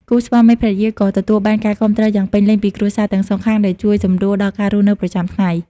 គូស្វាមីភរិយាក៏ទទួលបាន ការគាំទ្រយ៉ាងពេញលេញពីគ្រួសារទាំងសងខាង ដែលជួយសម្រួលដល់ការរស់នៅប្រចាំថ្ងៃ។